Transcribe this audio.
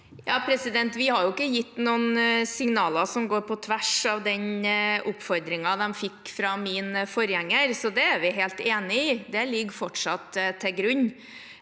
Vi har jo ikke gitt noen signaler som går på tvers av den oppfordringen de fikk fra min forgjenger, så det er vi helt enig i. Det ligger fortsatt til grunn.